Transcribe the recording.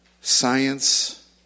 science